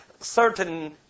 certain